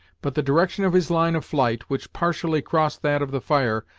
but the direction of his line of flight, which partially crossed that of the fire,